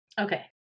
Okay